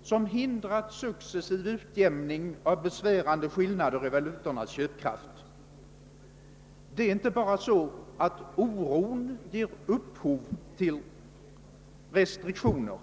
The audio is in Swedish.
vilka hindrat successiv utjämning av besvärande skillnader i valutornas köpkraft. Det är inte bara så att oron ger upphov till restriktioner.